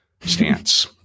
stance